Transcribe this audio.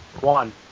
One